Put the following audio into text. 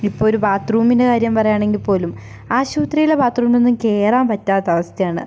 ഇപ്പം ഒരു ബാത്റൂമിൻ്റെ കാര്യം പറയുവാണെങ്കിൽ പോലും ആശുപത്രിയിലെ ബാത്രൂമിൽ ഒന്നും കയറാൻ പറ്റാത്ത അവസ്ഥയാണ്